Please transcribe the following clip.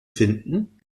finden